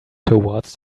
towards